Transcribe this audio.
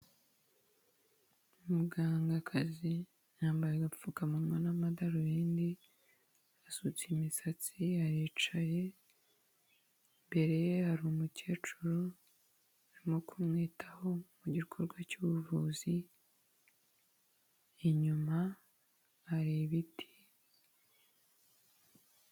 Umugangakazi yambaye agapfukamunwa n'amadarubindi, asutse imisatsi aricaye, imbere ye hari umukecuru arimo kumwitaho mu gikorwa cy'ubuvuzi, inyuma hari ibiti.